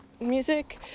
music